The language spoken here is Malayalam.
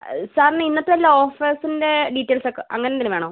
സാറിന് ഇന്നത്തെ വല്ല ഓഫേർസിന്റെ ഡീറ്റെയിൽസൊക്കെ അങ്ങനെ എന്തെങ്കിലും വേണോ